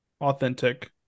authentic